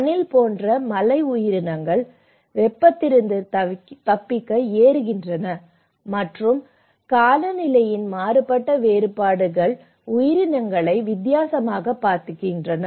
அணில் போன்ற மலை உயிரினங்கள் வெப்பத்திலிருந்து தப்பிக்க ஏறுதல் மற்றும் காலநிலையின் மாறுபட்ட வேறுபாடுகள் உயிரினங்களை வித்தியாசமாக பாதிக்கின்றன